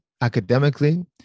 academically